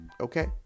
Okay